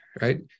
right